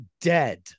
dead